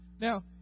Now